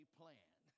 plan